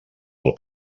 del